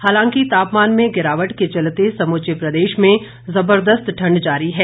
हालांकि तापमान में गिरावट के चलते समूचे प्रदेश में जबरदस्त ठंड जारी है